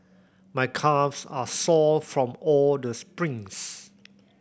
my calves are sore from all the sprints